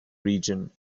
region